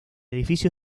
edificio